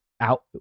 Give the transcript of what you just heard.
out